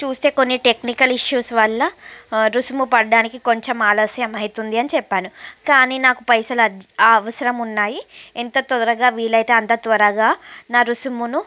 చూస్తే కొన్ని technical issues వల్ల రుసుము పడ్డానికి కొంచెం ఆలస్యమైతుంది అని చెప్పాను కానీ నాకు పైసలు అర్జ్ అవసరమున్నాయి ఎంత త్వరగా వీలైతే అంత త్వరగా నా రుసుమును